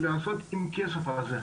זו